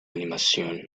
animación